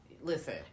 Listen